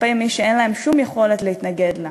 כלפי מי שאין להם שום יכולת להתנגד לה.